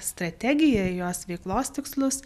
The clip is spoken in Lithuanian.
strategiją į jos veiklos tikslus